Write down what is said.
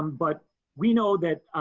um but we know that